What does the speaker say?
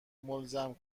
ملزم